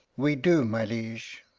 we do, my liege.